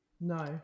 No